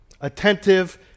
attentive